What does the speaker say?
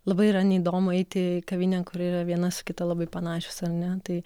labai yra neįdomu eiti į kavinę kur yra viena su kita labai panašios ar ne tai